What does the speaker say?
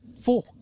Four